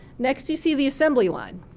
next you see the assembly line,